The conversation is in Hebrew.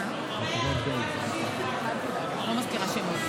ובאופן מפתיע,